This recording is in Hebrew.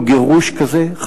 או גירוש כזה,